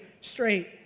straight